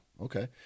Okay